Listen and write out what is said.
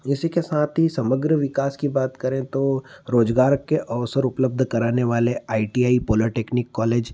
इसी के साथ ही समग्र विकास की बात करें तो रोजगार के अवसर उपलब्ध कराने वाले I T I polytechnic college